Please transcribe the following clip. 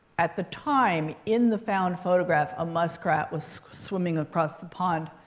at the time, in the found photograph, a muskrat with swimming across the pond.